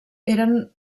eren